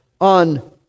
on